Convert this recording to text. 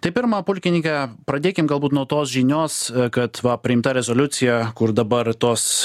tai pirma pulkininke pradėkim galbūt nuo tos žinios kad va priimta rezoliucija kur dabar tos